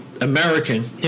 American